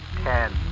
Ten